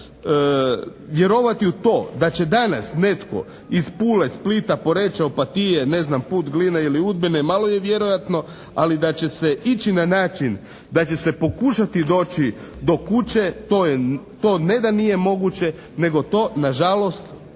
Vjerovati u to da će danas netko iz Pule, Splita, Poreča, Opatije, ne znam put Gline ili Udbine malo je vjerojatno, ali da će se ići na način da će se pokušati doći do kuće to ne da nije moguće, nego to nažalost